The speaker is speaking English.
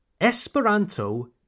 Esperanto